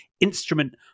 Instrument